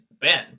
Ben